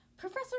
Professor